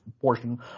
portion